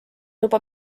juba